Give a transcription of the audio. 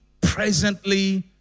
presently